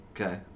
Okay